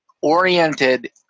oriented